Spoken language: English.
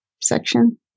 section